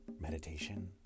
meditation